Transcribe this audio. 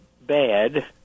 bad